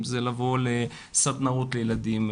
לבוא לסדנאות לילדים.